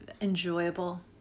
enjoyable